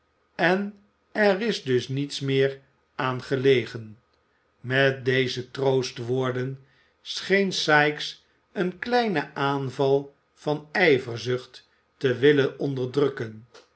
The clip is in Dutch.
en er is dus niets meer aan gelegen met deze troostwoorden scheen sikes een kleinen aanval van ijverzucht te wi'len onderdrukken